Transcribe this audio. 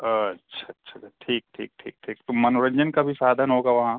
अच्छा अच्छा अच्छा ठीक ठीक ठीक ठीक तो मनोरंजन का भी साधन होगा वहाँ